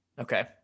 Okay